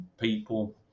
people